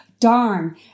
Darn